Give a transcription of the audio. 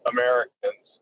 Americans